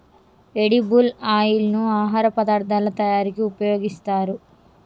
edible oil ను ఆహార పదార్ధాల తయారీకి ఉపయోగిస్తారు